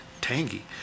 tangy